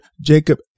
Jacob